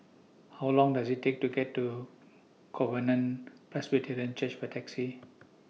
How Long Does IT Take to get to Covenant Presbyterian Church By Taxi